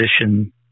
position